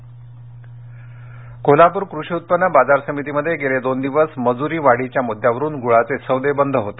कोल्हापर कोल्हापूर कृषी उत्पन्न बाजार समिती मध्ये गेले दोन दिवस मजूरी वाढीच्या मुद्द्यावरून गूळ सौदे बंद होते